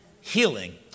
Healing